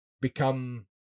become